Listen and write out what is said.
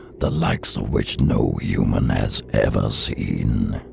the likes of which no human has ever seen.